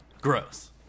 gross